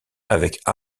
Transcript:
avec